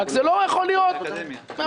זה רק לא יכול להיות מהמקפצה.